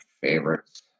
favorites